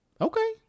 Okay